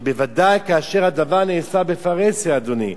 ובוודאי כאשר הדבר נעשה בפרהסיה, אדוני.